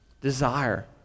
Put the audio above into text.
desire